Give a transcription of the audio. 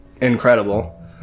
incredible